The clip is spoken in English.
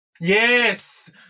Yes